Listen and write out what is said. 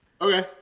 Okay